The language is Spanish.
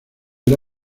era